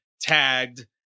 tagged